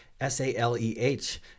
S-A-L-E-H